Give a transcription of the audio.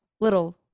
little